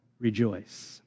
rejoice